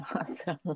Awesome